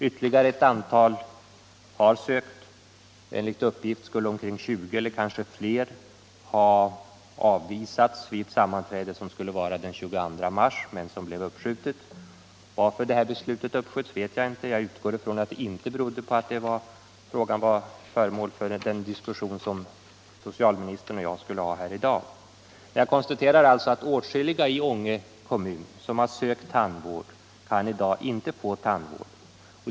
Ytterligare ett antal har sökt — enligt uppgift skulle omkring 20 eller kanske fler ha avvisats vid ett sammanträde som skulle hållas den 22 mars men som blev uppskjutet. Varför beslutet uppsköts vet jag inte; jag utgår från att det inte berodde på 11 den diskussion som socialministern och jag skulle ha här i dag. Jag konstaterar alltså att åtskilliga i Ånge kommun, som har sökt tandvård, i dag inte kan få sådan.